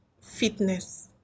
fitness